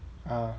mm